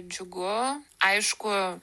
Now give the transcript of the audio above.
džiugu aišku